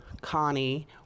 Connie